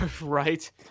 right